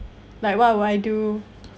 like what would I do